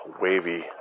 wavy